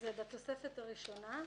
זה בתוספת הראשונה,